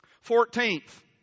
Fourteenth